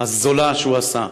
הזולה שהוא עשה,